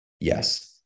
Yes